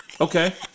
Okay